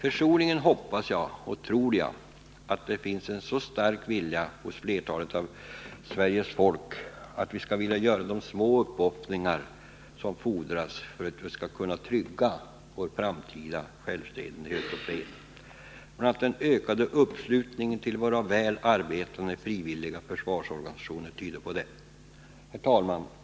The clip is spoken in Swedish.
Personligen hoppas och tror jag att det finns en stark vilja hos flertalet av Sveriges folk att göra de små uppoffringar som fordras för att vi skall kunna trygga vår framtida självständighet och vår fred. Bl. a. den ökade anslutningen till våra väl arbetande frivilliga försvarsorganisationer tyder på detta. Herr talman!